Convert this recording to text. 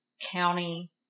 County